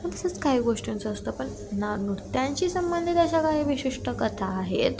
तसंच काही गोष्टींचं असतं पण ना नृत्यांशी संबंधित अशा काही विशिष्ट कथा आहेत